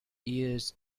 years